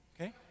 Okay